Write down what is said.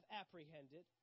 apprehended